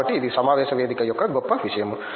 కాబట్టి ఇది సమావేశ వేదిక యొక్క గొప్ప విషయము